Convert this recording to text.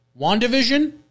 WandaVision